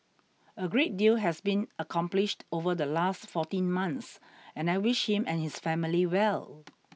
a great deal has been accomplished over the last fourteen months and I wish him and his family well